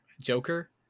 joker